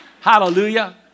Hallelujah